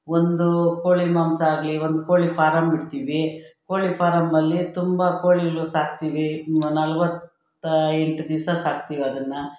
ಒಂದು ಕೋಳಿ ಮಾಂಸ ಆಗಲಿ ಒಂದು ಕೋಳಿ ಫಾರಮ್ ಇಡ್ತೀವಿ ಕೋಳಿ ಫಾರಮ್ಮಲ್ಲಿ ತುಂಬ ಕೋಳಿಗಳು ಸಾಕ್ತೀವಿ ಒಂದು ನಲ್ವತ್ತೆಂಟು ದಿವ್ಸ ಸಾಕ್ತಿವದನ್ನು